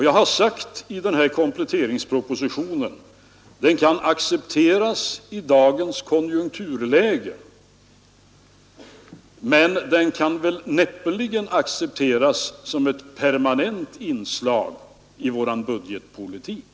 I kompletteringspropositionen har jag sagt att den upplåningen kan accepteras i dagens konjunkturläge, men den är näppeligen acceptabel som ett permanent inslag i vår budgetpolitik.